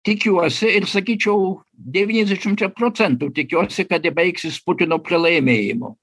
tikiuosi ir sakyčiau devyniasdešimčia procentų tikiuosi kad ji baigsis putino pralaimėjimu